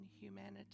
humanity